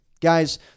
guys